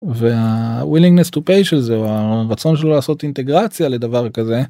והווילינגנס טו פיי של זה, או הרצון שלו לעשות אינטגרציה לדבר כזה…